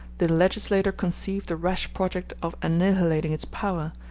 the legislator conceived the rash project of annihilating its power,